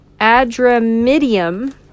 Adramidium